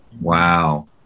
Wow